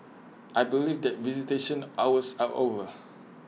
I believe that visitation hours are over